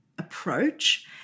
approach